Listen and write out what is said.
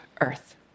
Earth